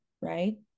right